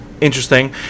interesting